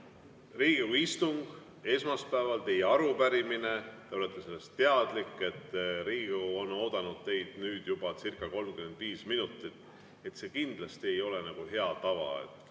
Riigikogu istung esmaspäeval, teie arupärimine, te olete sellest teadlik, [aga] Riigikogu on oodanud teid nüüd jubacirca35 minutit. See kindlasti ei ole hea tava.